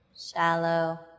shallow